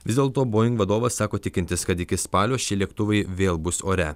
vis dėlto boeing vadovas sako tikintis kad iki spalio šie lėktuvai vėl bus ore